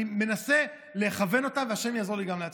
אני מנסה לכוון אותם, והשם יעזור לי גם להצליח.